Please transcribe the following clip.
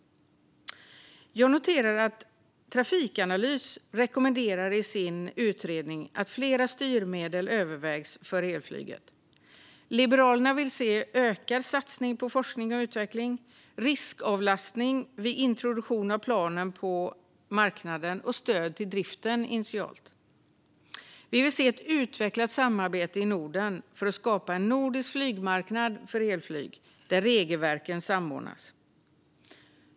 Trafikanalys rekommenderar i sin utredning att flera styrmedel övervägs för elflyget. Liberalerna vill se ökad satsning på forskning och utveckling, riskavlastning vid introduktion av planen på marknaden och initialt stöd till driften. Vi vill se ett utvecklat samarbete i Norden för att skapa en nordisk flygmarknad för elflyg där regelverken samordnas.